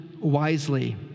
wisely